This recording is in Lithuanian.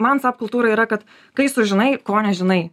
man sap kultūra yra kad kai sužinai ko nežinai